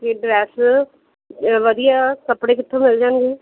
ਫਿਰ ਡਰੈਸ ਵਧੀਆ ਕੱਪੜੇ ਕਿੱਥੋਂ ਮਿਲ ਜਾਣਗੇ